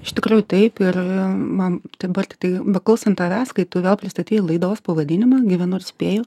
iš tikrųjų taip ir man dabar tiktai va klausant tavęs kai tu vėl pristatei laidos pavadinimą gyvenu ir spėju